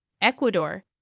Ecuador